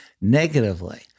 negatively